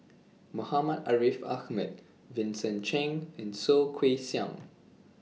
Muhammad Ariff Ahmad Vincent Cheng and Soh Kay Siang